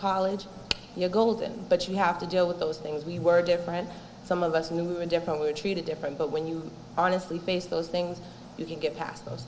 college you're golden but you have to deal with those things we were different some of us and we were different we were treated different but when you honestly face those things you can get past those